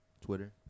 Twitter